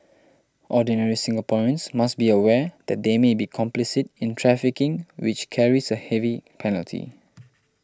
ordinary Singaporeans must be aware that they may be complicit in trafficking which carries a heavy penalty